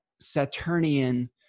Saturnian